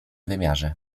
wymiarze